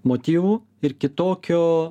motyvų ir kitokio